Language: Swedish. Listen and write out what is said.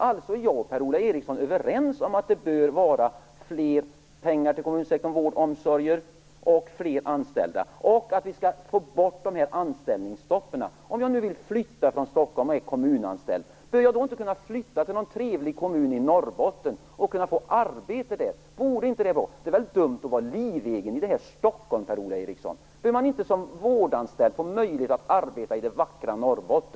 Alltså är jag och Per-Ola Eriksson överens om att det bör gå mer pengar till kommunsektorn för vård och omsorg och så att fler kan anställas och att vi måste få bort de här anställningsstoppen. Om jag flyttar från Stockholm och är kommunanställd, bör jag då inte kunna flytta till någon trevlig kommun i Norrbotten och kunna få ett arbete där? Vore inte det bra? Det är väl dumt att vara livegen i Stockholm, Per-Ola Eriksson! Bör man inte som vårdanställd få möjlighet att arbeta i det vackra Norrbotten?